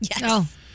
Yes